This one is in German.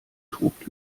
tobt